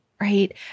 right